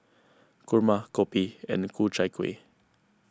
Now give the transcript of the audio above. Kurma Kopi and Ku Chai Kueh